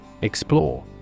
Explore